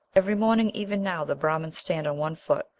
every morning even now the brahmans stand on one foot,